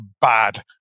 bad